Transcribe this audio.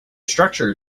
structure